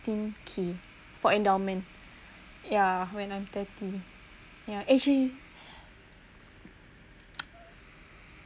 sixteen K for endowment yeah when I'm thirty ya actually